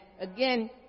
again